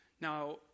Now